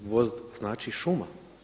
Gvozd znači šuma.